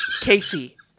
Casey